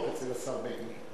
שבראשה עמד כבוד השופט גולדברג.